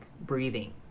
breathing